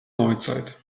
neuzeit